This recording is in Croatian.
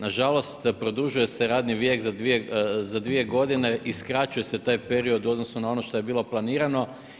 Nažalost, produžuje se radni vijek za dvije godine i skraćuje se taj period u odnosu na ono što je bilo planirano.